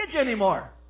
anymore